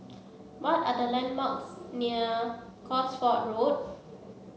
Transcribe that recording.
what are the landmarks near Cosford Road